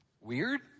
Weird